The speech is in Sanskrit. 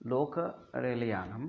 लोकरेलयानम्